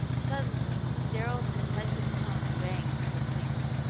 suddenly, darrell's incisive tones rang through the sleeper.